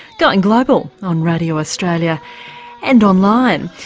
going global on radio australia and online.